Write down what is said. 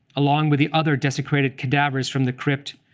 along with the other desiccated cadavers from the crypt,